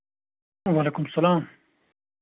وعلیکُم اسلام